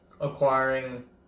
acquiring